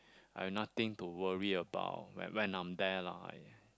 I have nothing to worry about when when I'm there lah